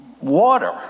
water